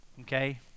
okay